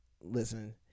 listen